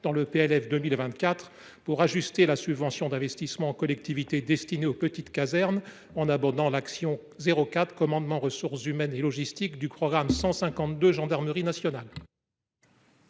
dans le PLF 2024 pour ajuster la subvention d’investissement en collectivité destinée aux petites casernes, en abondant l’action n° 04 « Commandement, ressources humaines et logistique » du programme 152 « Gendarmerie nationale